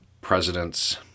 president's